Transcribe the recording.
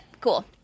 cool